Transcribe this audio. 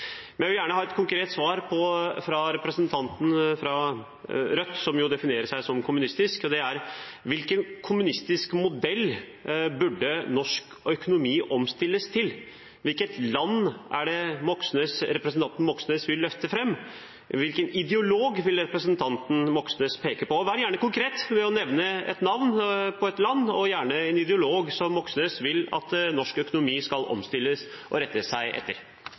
Jeg vil gjerne ha et konkret svar fra representanten fra Rødt, som definerer seg som kommunistisk: Hvilken kommunistisk modell burde norsk økonomi omstilles til? Hvilket land er det representanten Moxnes vil løfte fram, og hvilken ideolog vil representanten Moxnes peke på? Han kan gjerne være konkret og nevne navnet på et land og på en ideolog som Moxnes vil at norsk økonomi skal omstilles etter og rette seg etter.